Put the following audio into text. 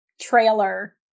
trailer